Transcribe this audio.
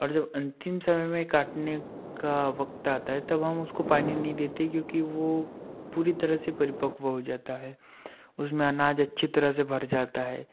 और जब अंतिम समय में काटने का वक़्त आता है तब हम उसको पानी नहीं देते क्योंकि वो पूरी तरह से परिपक्व हो जाता है उसमें अनाज अच्छी तरह से भर जाता है